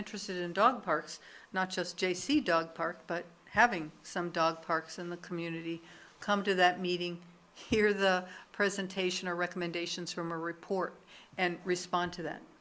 interested in dog parks not just j c dog park but having some dog parks in the community come to that meeting hear the presentation or recommendations from a report and respond to that